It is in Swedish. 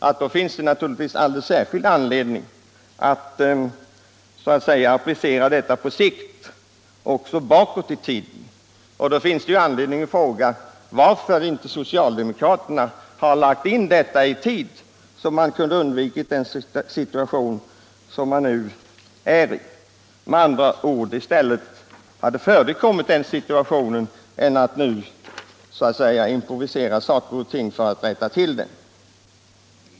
Det finns då skäl att så att säga applicera detta långsiktiga synsätt också bakåt i tiden. Man har anledning att fråga varför inte socialdemokraterna har satt in åtgärder i tid, så att vi hade kunnat undvika den situation vi nu befinner oss i. Det hade varit bättre att förebygga den här situationen än att senare improvisera åtgärder för att rätta till den.